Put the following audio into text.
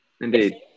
Indeed